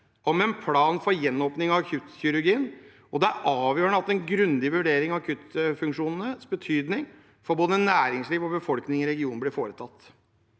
om en plan for gjenåpning av akuttkirurgien. Det er avgjørende at en grundig vurdering av akuttfunksjonenes betydning for både næringsliv og befolkning i regionen blir foretatt.